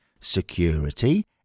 security